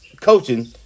coaching